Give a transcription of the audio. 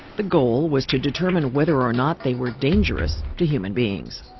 the goal was to determine whether or not they were dangerous to human beings.